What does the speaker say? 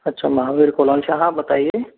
अच्छा महावीर कॉलोनी से हाँ बताइए